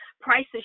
prices